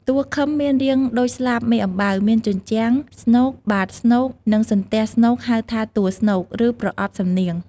តួឃឹមមានរាងដូចស្លាបមេអំបៅមានជញ្ជាំង ស្នូក បាតស្នូក និងសន្ទះស្នូកហៅថាតួស្នូក ឬប្រអប់សំនៀង។